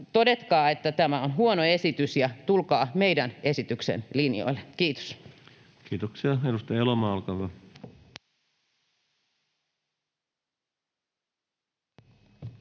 todetkaa, että tämä on huono esitys, ja tulkaa meidän esityksemme linjoille. — Kiitos. Kiitoksia. — Edustaja Elomaa, olkaa hyvä.